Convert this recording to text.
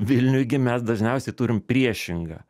vilniuj gi mes dažniausiai turim priešingą